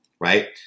right